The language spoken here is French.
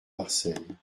marseille